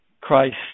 Christ